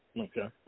Okay